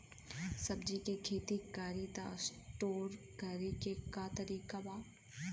सब्जी के खेती करी त स्टोर करे के का तरीका बा?